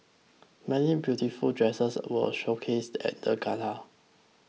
many beautiful dresses were showcased at the gala